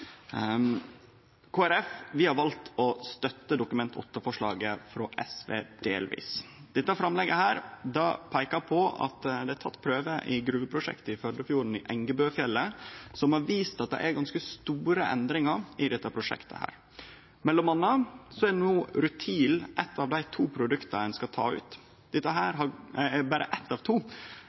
Kristeleg Folkeparti har valt å støtte Dokument 8-forslaget frå SV delvis. Dette framlegget peikar på at det er teke prøvar i gruveprosjektet i Førdefjorden, i Engebøfjellet, som har vist at det er ganske store endringar i dette prosjektet. Mellom anna er no rutil eitt av dei to produkta ein skal ta ut – det er berre eitt av to